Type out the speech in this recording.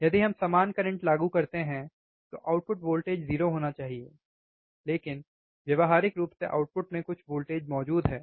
यदि हम समान करंट लागू करते हैं तो आउटपुट वोल्टेज 0 होना चाहिए लेकिन व्यावहारिक रूप से आउटपुट में कुछ वोल्टेज मौजूद है